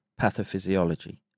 pathophysiology